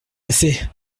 assez